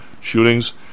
shootings